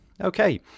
Okay